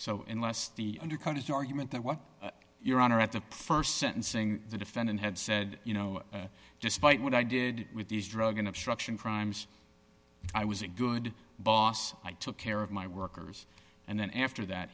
so unless the undercut his argument that what your honor at the st sentencing the defendant had said you know despite what i did with these drug and obstruction crimes i was a good boss i took care of my workers and then after that